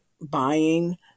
buying